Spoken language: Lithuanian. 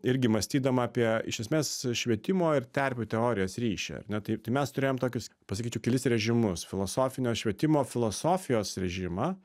irgi mąstydama apie iš esmės švietimo ir terpių teorijos ryšį ar ne tai tai mes turėjom tokius pasakyčiau kelis režimus filosofinio švietimo filosofijos režimą